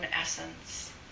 essence